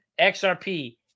XRP